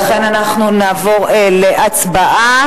לכן, אנחנו נעבור להצבעה.